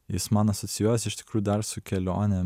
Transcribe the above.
jis man asocijuojasi iš tikrųjų dar su kelione